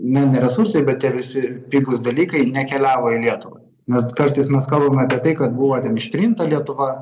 nu ne resursai ir bet visi pigūs dalykai nekeliavo į lietuvą nes kartais mes kalbam apie tai kad buvo ištrinta lietuva